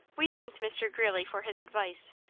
we thanked mr. greeley for his advice,